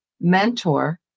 mentor